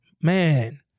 Man